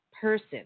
person